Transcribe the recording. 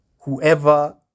whoever